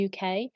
UK